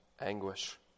anguish